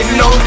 no